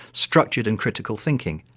structured and critical thinking,